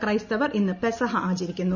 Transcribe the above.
ക്രൈസ്തവർ ഇന്ന് പെസഹാ ആചരിക്കുന്നു